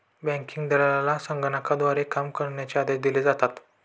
banking दलालाला संगणकाद्वारे काम करण्याचे आदेश दिले जातात